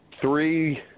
three